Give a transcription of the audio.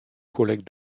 collègues